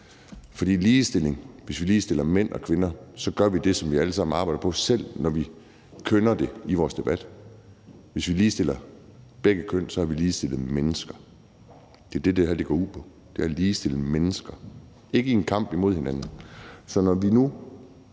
For hvis vi ligestiller mænd og kvinder, gør vi det, som vi alle sammen arbejder på, selv når vi kønner det i vores debat, hvis vi ligestiller begge køn, har vi ligestillet mennesker. Det er det, det her går ud på, altså at ligestille mennesker og ikke i en kamp imod hinanden.